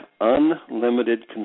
unlimited